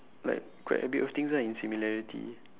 like quite a bit of things ah in similarity